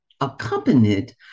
accompanied